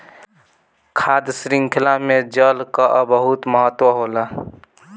खाद्य शृंखला में जल कअ बहुत महत्व होला